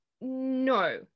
no